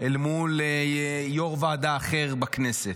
אל מול יו"ר אחר בכנסת,